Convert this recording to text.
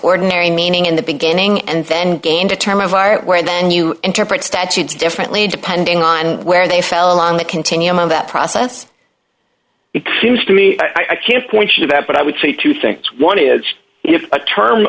ordinary meaning in the beginning and then gained a term of art where then you interpret statutes differently depending on where they fell on the continuum of that process it seems to me i can't point to that but i would say two things one is if a term